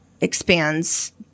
expands